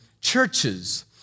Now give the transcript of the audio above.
churches